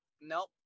nope